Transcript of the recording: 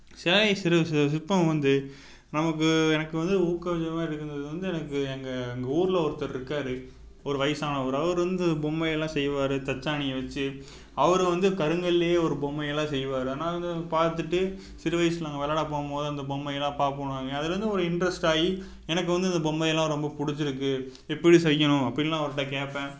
சிலைய சிறு சு சிற்பம் வந்து நமக்கு எனக்கு வந்து ஊக்கவிக்கமா இருக்கிறது வந்து எனக்கு எங்கள் எங்கள் ஊரில் ஒருத்தர் இருக்கார் ஒரு வயசானவர் அவர் வந்து பொம்மையெல்லாம் செய்வார் தச்சாணியை வச்சி அவர் வந்து கருங்கல்லையே ஒரு பொம்மையெல்லாம் செய்வார் நான் பார்த்துட்டு சிறு வயசில் நாங்கள் விளையாட போகும் போது அந்த பொம்மையெல்லாம் பார்ப்போம் நாங்கள் அதில் இருந்து ஒரு இன்ட்ரஸ்ட் ஆகி எனக்கு வந்து இந்த பொம்மையெல்லாம் ரொம்ப பிடிச்சிருக்கு எப்படி செய்யணும் அப்படின்லாம் அவர்கிட்ட கேட்பேன்